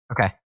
okay